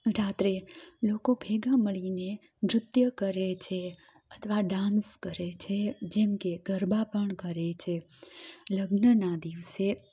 રાત્રે લોકો ભેગા મળીને નૃત્ય કરે છે અથવા ડાન્સ કરે છે જેમકે ગરબા પણ કરે છે લગ્નના દિવસે